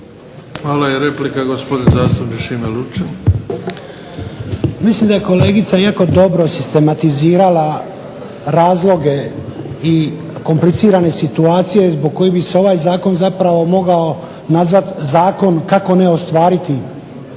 Hvala. I replika, gospodin zastupnik Šime Lučin. **Lučin, Šime (SDP)** Mislim da je kolegica jako dobro sistematizirala razloge i komplicirane situacije zbog kojih bi se ovaj zakon zapravo mogao nazvati zakon kako ne ostvariti